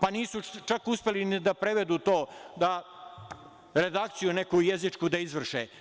Pa, nisu čak uspeli ni da prevedu to, redakciju neku jezičku da izvrše.